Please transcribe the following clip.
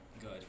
good